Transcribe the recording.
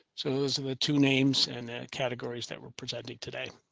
so those are the two names and the categories that we're presenting today.